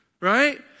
right